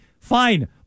fine